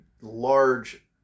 large